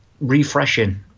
refreshing